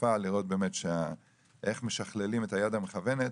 התקופה לראות איך משכללים את היד המכוונת,